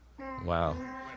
Wow